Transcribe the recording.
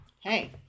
Hey